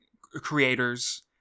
creators